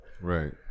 Right